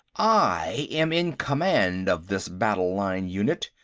i am in command of this battle-line unit.